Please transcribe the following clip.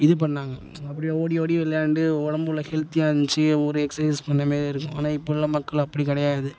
இது பண்ணாங்க அப்படியே ஓடி ஓடி விளையாண்டு உடம்பு அவ்வளோ ஹெல்த்தியாக இருந்துச்சு ஒரு எக்ஸைஸ் பண்ண மாரி இருக்கும் ஆனால் இப்போ உள்ள மக்கள் அப்படி கிடையாது